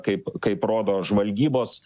kaip kaip rodo žvalgybos